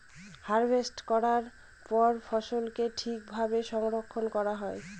harvest করার পরে ফসলকে ঠিক ভাবে সংরক্ষন করা হয়